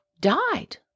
died